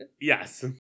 yes